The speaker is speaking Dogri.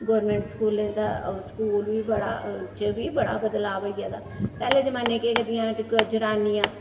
गोरमैंट स्कूलें दा स्कूल च बी बड़ा बदलाव होई गेदा पैह्ले जमाने च केह् करदियां हि'यां जनानियां